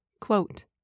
Quote